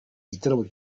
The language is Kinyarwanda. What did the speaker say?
igitaramo